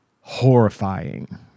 horrifying